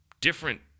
different